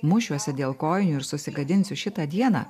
mušiuosi dėl kojų ir susigadinsiu šitą dieną